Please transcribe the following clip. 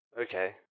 Okay